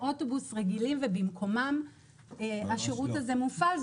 אוטובוס רגילים ובמקומם השירות הזה מופעל.